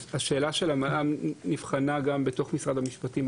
שאלת המע"מ נבחנה גם בתוך משרד המשפטים,